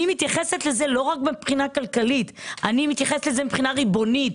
אני מתייחסת לזה לא רק מבחינה כלכלית אלא גם מבחינה ריבונית.